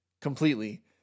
completely